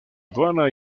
aduana